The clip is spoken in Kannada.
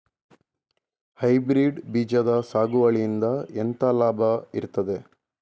ಹೈಬ್ರಿಡ್ ಬೀಜದ ಸಾಗುವಳಿಯಿಂದ ಎಂತ ಲಾಭ ಇರ್ತದೆ?